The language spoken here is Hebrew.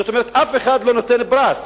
זאת אומרת, אף אחד לא נותן פרס.